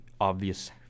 obvious